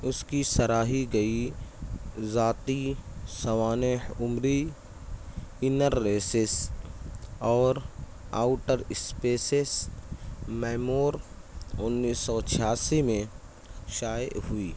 اس کی سراہی گئی ذاتی سوانح عمری اینر ریسس اور آوٹر سپیسس میمور انّیس سو چھیاسی میں شائع ہوئی